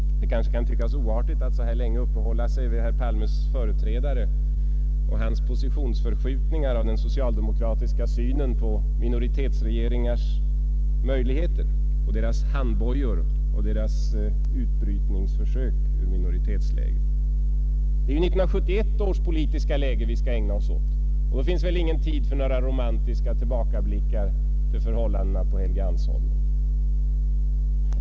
Det kanske kan tyckas oartigt att så här länge uppehålla sig vid herr Palmes företrädare och hans positionsförskjutningar av den socialdemokratiska synen på minoritetsregeringars möjligheter, deras handbojor och deras utbrytningsförsök ur minoritetsläget. Det är 1971 års politiska läge vi skall ägna oss åt, och det finns väl då ingen tid för några romantiska tillbakablickar till förhållandena på Helgeandsholmen.